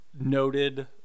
noted